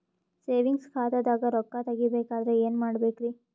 Savings ಖಾತಾದಾಗ ರೊಕ್ಕ ತೇಗಿ ಬೇಕಾದರ ಏನ ಮಾಡಬೇಕರಿ?